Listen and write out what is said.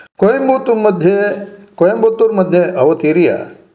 कोयम्बुत्तुमध्ये कोयम्बुत्तुर्मध्ये अवतीर्य